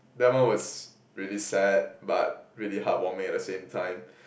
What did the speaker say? that one was really sad but really heartwarming at the same time